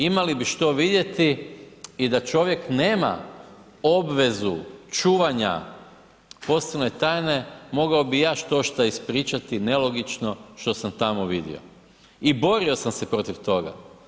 Imali bi što vidjeti i da čovjek nema obvezu čuvanja poslovne tajne, mogao bi i ja štošta ispričati nelogično što amandman tamo vidio i borio sam se protiv toga.